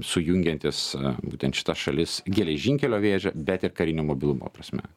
sujungiantis būtent šitas šalis geležinkelio vėže bet ir karinio mobilumo prasme